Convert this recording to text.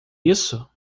isso